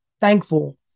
thankful